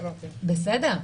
בסדר,